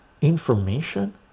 information